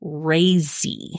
crazy